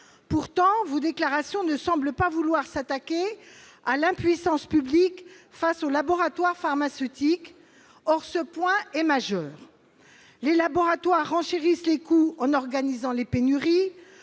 Pourtant, vos déclarations ne semblent pas montrer une volonté de s'attaquer à l'impuissance publique face aux laboratoires pharmaceutiques. Or ce point est majeur. Les laboratoires renchérissent les coûts en organisant les pénuries,